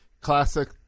classic